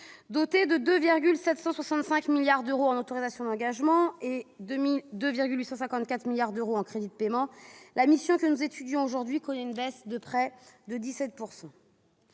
Dotée de 2,765 milliards d'euros en autorisations d'engagement et 2,854 milliards d'euros en crédits de paiement, la mission que nous étudions aujourd'hui connaît une baisse de près de 17 %.